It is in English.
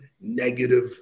negative